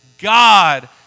God